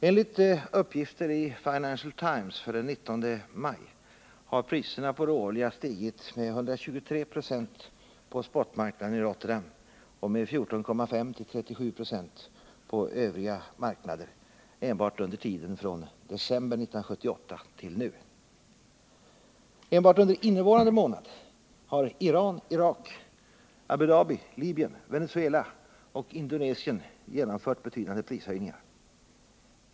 Enligt uppgift i Financial Times för den 19 maj har priserna på råolja stigit med 123 96 på spotmarknaden i Rotterdam och med 14,5-37 926 på övriga marknader enbart under tiden från december 1978 till nu. Enbart under innevarande månad har Iran, Irak, Abu Dhabi, Libyen, Venezuela och Indonesien genomfört betydande prishöjningar.